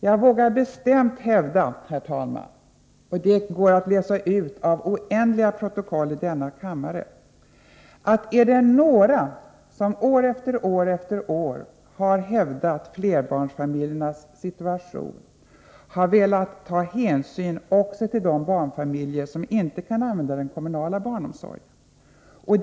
Jag vågar bestämt påstå, herr talman, att om det är några som år efter år efter år — och det går att läsa ut av oändligt många protokoll från denna kammare — har hävdat flerbarnsfamiljernas situation och vill ta hänsyn också till de barnfamiljer som inte kan använda den kommunala barnomsorgen, så är det vi moderater.